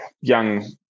young